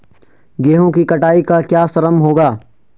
गेहूँ की कटाई का क्या श्रम होगा?